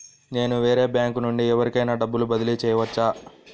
నేను వేరే బ్యాంకు నుండి ఎవరికైనా డబ్బు బదిలీ చేయవచ్చా?